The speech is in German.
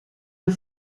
der